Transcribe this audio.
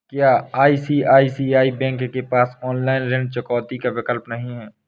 क्या ICICI bank के पास ऑनलाइन ऋण चुकौती का विकल्प नहीं है?